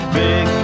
big